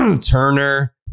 Turner